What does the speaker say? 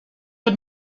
had